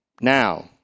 Now